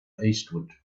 eastward